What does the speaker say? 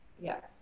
Yes